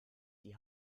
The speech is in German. die